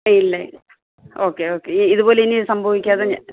ഏയ് ഇല്ല ഇല്ല ഓക്കെ ഓക്കെ ഈ ഇതുപോലെ ഇനി സംഭവിക്കാതെ ഞാൻ